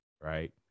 Right